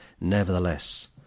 Nevertheless